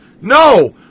No